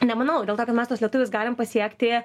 nemanau dėl to kad mes tuos lietuvius galim pasiekti